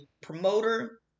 promoter